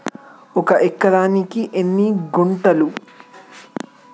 ఒక ఎకరానికి ఎన్ని గుంటలు?